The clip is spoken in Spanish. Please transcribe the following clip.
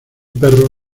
perro